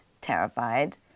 terrified